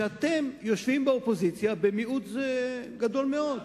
הן שאתם יושבים באופוזיציה במיעוט גדול מאוד.